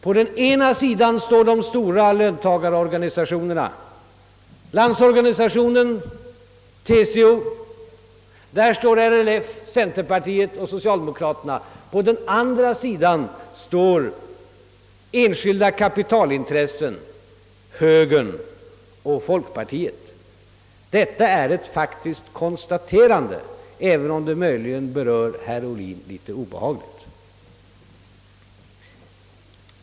På den ena sidan står de stora löntagarorganisationerna, LO och TCO, samt RLF, centerpartiet och socialdemokraterna. På den andra sidan står enskilda kapitalintressen, högern och folkpartiet. Detta är bara ett faktiskt konstaterande, även om det kan heröra herr Ohlin litet obehagligt.